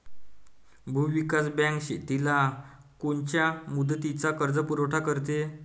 भूविकास बँक शेतीला कोनच्या मुदतीचा कर्जपुरवठा करते?